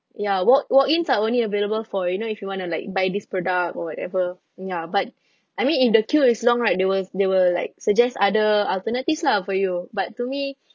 ya walk walk-ins are only available for you know if you want to like buy this product or whatever ya but I mean if the queue is long right they will they will like suggest other alternatives lah for you but to me